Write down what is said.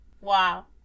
wow